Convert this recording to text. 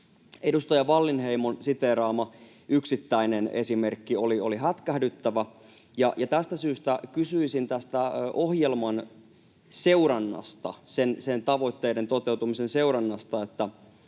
Edustaja Wallinheimon siteeraama yksittäinen esimerkki oli hätkähdyttävä, ja tästä syystä kysyisin ohjelman seurannasta, sen tavoitteiden toteutumisen seurannasta: